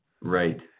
Right